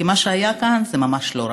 כי מה שהיה כאן זה ממש לא ראוי.